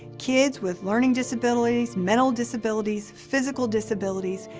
kids with learning disabilities, mental disabilities, physical disabilities,